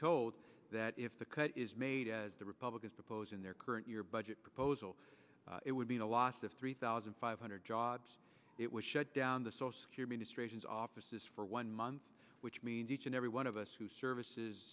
told that if the cut is made as the republicans propose in their current year budget proposal it would be the loss of three thousand five hundred jobs it was shut down the so secure ministrations offices for one month which means each and every one of us who services